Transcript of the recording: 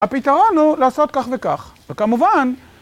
הפתרון הוא לעשות כך וכך וכמובן...